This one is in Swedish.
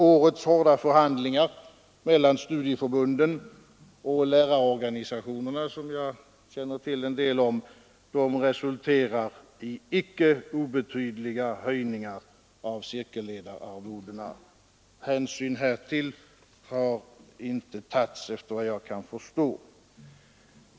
Årets hårda förhandlingar mellan studieförbunden och lärarorganisationerna, som jag känner till en del om, resulterar i icke obetydliga höjningar av cirkelledararvodena. Hänsyn härtill har enligt vad jag kan förstå icke tagits.